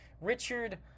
Richard